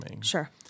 Sure